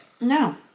No